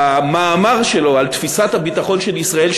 במאמר שלו על תפיסת הביטחון של ישראל,